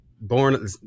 born